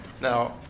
Now